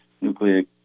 nucleic